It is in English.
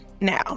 now